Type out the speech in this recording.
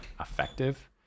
effective